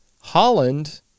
Holland